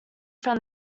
from